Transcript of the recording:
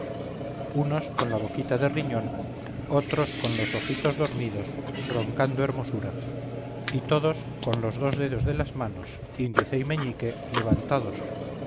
unos con la boquita de riñón otros con los ojitos dormidos roncando hermosura y todos con los dos dedos de las manos índice y meñique levantados